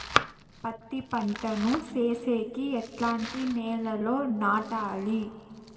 పత్తి పంట ను సేసేకి ఎట్లాంటి నేలలో నాటాలి?